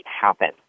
happen